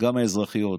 גם האזרחיות,